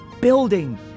building